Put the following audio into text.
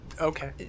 okay